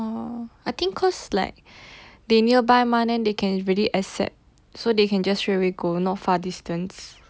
orh I think cause like they nearby mah then they can really accept so they can just just straightaway go not far distance